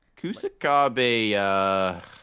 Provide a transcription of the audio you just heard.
Kusakabe